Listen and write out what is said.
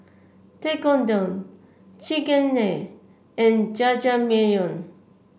Tekkadon Chigenabe and Jajangmyeon